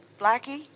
Blackie